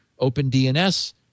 OpenDNS